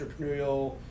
entrepreneurial